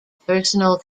personal